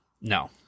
No